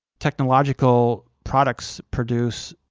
technological products produce